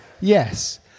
yes